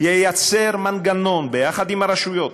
ייצר מנגנון, ביחד עם הרשויות,